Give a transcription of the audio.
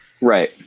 right